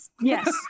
Yes